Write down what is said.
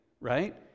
right